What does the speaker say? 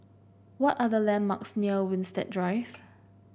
what are the landmarks near Winstedt Drive